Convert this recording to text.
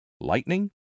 lightning